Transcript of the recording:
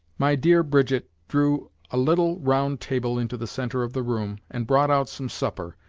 my dear brigitte drew a little round table into the center of the room and brought out some supper.